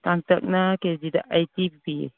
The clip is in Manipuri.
ꯀꯥꯡꯇꯛꯅ ꯀꯦꯖꯤꯗ ꯑꯩꯠꯇꯤ ꯄꯤꯌꯦ